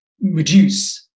reduce